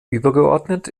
übergeordnet